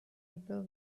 people